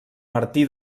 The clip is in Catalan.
martí